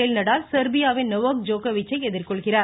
பேல் நடால் செர்பியாவின் நொவாக் ஜோகோவிச்சை எதிர்கொள்கிறார்